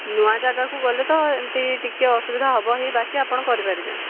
ନୂଆ ଜାଗାକୁ ଗଲେ ତ ଏମିତି ଟିକିଏ ଅସୁବିଧା ହେବ ହିଁ ବାକି ଆପଣ କରିପାରିବେ